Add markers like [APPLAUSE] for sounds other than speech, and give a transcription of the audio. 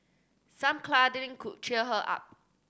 some [UNINTELLIGIBLE] could cheer her up